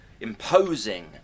imposing